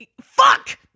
Fuck